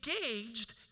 engaged